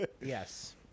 Yes